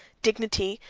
dignity,